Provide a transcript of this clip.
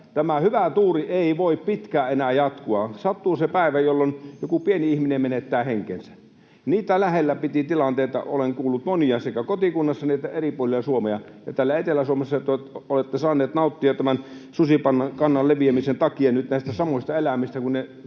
tämä hyvä tuuri ei voi pitkään enää jatkua. Sattuu se päivä, jolloin joku pieni ihminen menettää henkensä. Niitä läheltä piti -tilanteita olen kuullut olleen monia sekä kotikunnassani että eri puolilla Suomea, ja täällä Etelä-Suomessa olette saaneet nauttia tämän susikannan leviämisen takia nyt näistä samoista eläimistä, kun ne